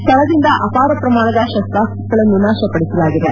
ಸ್ಥಳದಿಂದ ಅಪಾರ ಪ್ರಮಾಣದ ತಸ್ತಸ್ತಾಗಳನ್ನು ನಾಶಪಡಿಸಲಾಗಿದೆ